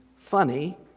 funny